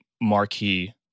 marquee